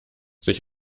sich